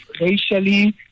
racially